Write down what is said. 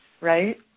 right